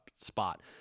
spot